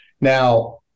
Now